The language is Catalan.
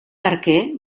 barquer